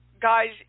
Guys